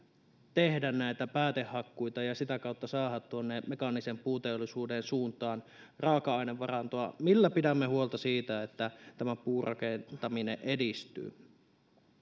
tehdä näitä päätehakkuita ja sitä kautta saada tuonne mekaanisen puuteollisuuden suuntaan raaka ainevarantoa millä pidämme huolta siitä että puurakentaminen edistyy